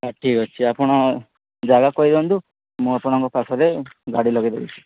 ହଉ ଠିକ୍ ଅଛି ଆପଣ ଜାଗା କହି ଦିଅନ୍ତୁ ମୁଁ ଆପଣଙ୍କ ପାଖରେ ଗାଡ଼ି ଲଗେଇ ଦେବି